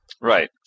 Right